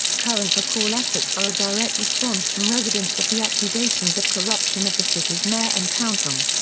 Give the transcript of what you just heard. current recall efforts are a direct response from residents of the accusations of corruption of the city's mayor and council.